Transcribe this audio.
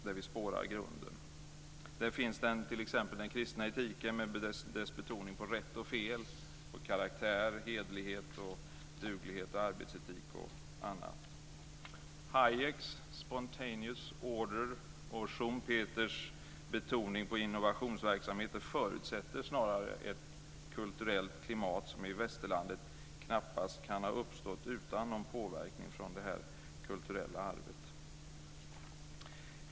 Där finns t.ex. den kristna etiken med dess betoning på rätt och fel, karaktär, hederlighet, duglighet och arbetsetik och annat. Hayeks spontaneous order och Schumpeters betoning på innovationsverksamhet förutsätter snarare ett kulturellt klimat som i västerlandet knappast kan ha uppstått utan någon påverkan från det kulturella arvet.